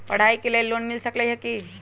पढाई के लेल लोन मिल सकलई ह की?